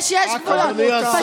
יש, יש גבולות, הכול מותר.